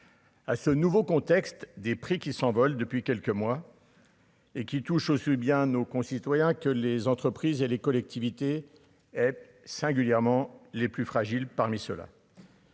à ce nouveau contexte, des prix qui s'envolent depuis quelques mois. Et qui touche aussi bien nos concitoyens que les entreprises et les collectivités, et singulièrement les plus fragiles, parmi ceux-là.